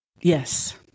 Yes